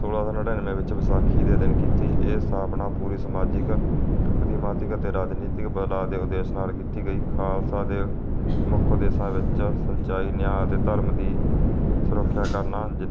ਸੌਲਾਂ ਸੌ ਨੜਿਨਵੇਂ ਵਿੱਚ ਵਿਸਾਖੀ ਦੇ ਦਿਨ ਕੀਤੀ ਇਹ ਸਥਾਪਨਾ ਪੂਰੀ ਸਮਾਜੀਕ ਅਤੀਮਾਤਿਕ ਅਤੇ ਰਾਜਨੀਤੀ ਬਦਲਾਅ ਦੇ ਉਦੇਸ਼ ਨਾਲ ਕੀਤੀ ਗਈ ਖਾਲਸਾ ਦੇ ਮੁੱਖ ਉਦੇਸ਼ਾਂ ਵਿੱਚ ਸਿੰਚਾਈ ਨਿਆ ਅਤੇ ਧਰਮ ਦੀ ਸੁਰੱਖਿਆ ਕਰਨਾ